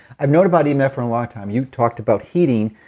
i've known about emf for a long time you talked about heating.